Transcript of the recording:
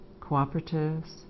cooperatives